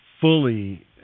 fully